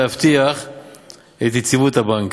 להבטיח את יציבות הבנק.